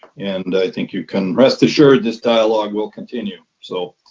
and i think you can rest assured this dialogue will continue. so